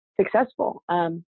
successful